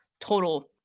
total